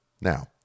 Now